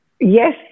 Yes